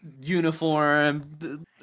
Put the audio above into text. uniform